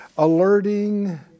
alerting